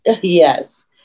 Yes